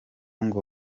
ngo